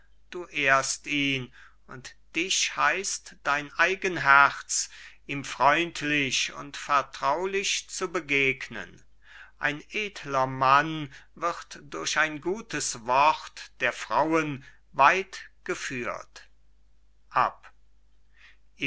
du ehrst ihn und dich heißt dein eigen herz ihm freundlich und vertraulich zu begegnen ein edler mann wird durch ein gutes wort der frauen weit geführt